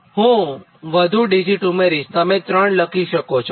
હું વધુ ડિજીટ ઉમેરીશતમે ત્રણ લખી શકો છો